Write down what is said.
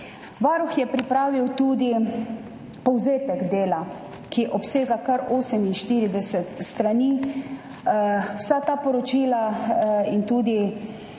Varuh je pripravil tudi povzetek dela, ki obsega kar 48 strani. Vsa ta poročila so